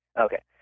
Okay